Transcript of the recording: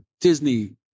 Disney